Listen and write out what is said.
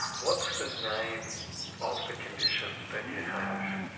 what's the name of the condition that you have?